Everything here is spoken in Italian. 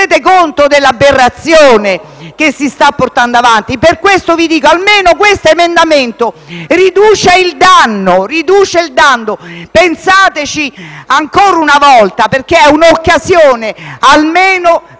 conto dell’aberrazione che si sta portando avanti? Per questo vi dico: almeno questo emendamento riduce il danno. Pensateci ancora una volta perché è un’occasione per